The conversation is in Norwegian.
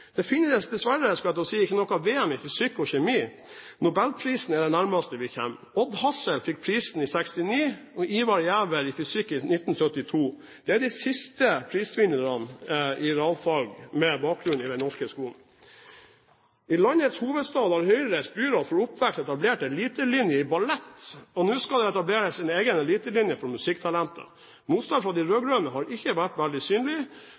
Det finnes – dessverre, skulle jeg til å si – ikke noe VM i fysikk og kjemi. Nobelprisen er det nærmeste vi kommer. Odd Hassel fikk prisen i kjemi i 1969 og Ivar Giæver i fysikk i 1973. Det er de siste prisvinnerne i realfag med bakgrunn i den norske skolen. I landets hovedstad har Høyres byråd for oppvekst etablert elitelinje i ballett, og nå skal det etableres en egen elitelinje for musikktalenter. Motstanden fra de rød-grønne har ikke vært veldig synlig,